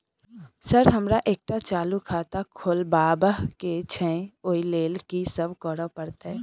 Sir हमरा एकटा चालू खाता खोलबाबह केँ छै ओई लेल की सब करऽ परतै?